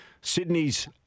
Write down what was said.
Sydney's